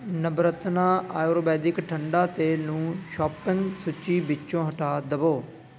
ਨਵਰਤਨਾ ਆਯੁਰਵੈਦਿਕ ਠੰਡਾ ਤੇਲ ਨੂੰ ਸ਼ੋਪਿੰਗ ਸੂਚੀ ਵਿੱਚੋਂ ਹਟਾ ਦੇਵੋ